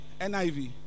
NIV